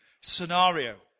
scenario